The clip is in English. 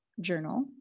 Journal